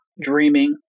Dreaming